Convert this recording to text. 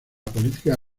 política